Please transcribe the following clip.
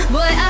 Boy